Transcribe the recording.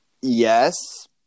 Yes